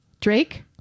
Drake